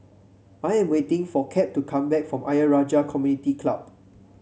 I am waiting for Cap to come back from Ayer Rajah Community Club